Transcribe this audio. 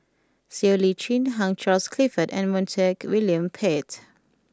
Siow Lee Chin Hugh Charles Clifford and Montague William Pett